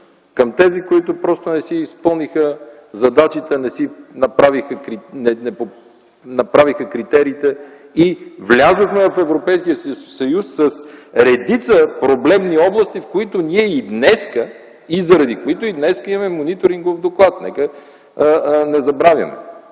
към тези, които просто не си изпълниха задачите, не направиха критериите и влязохме в Европейския съюз с редица проблемни области, в които ние и днес, заради които и днес имаме мониторингов доклад. Нека не го забравяме.